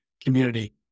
community